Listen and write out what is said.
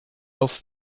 else